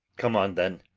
come on, then,